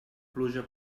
pluja